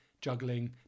juggling